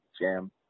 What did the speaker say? jam